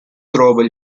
trova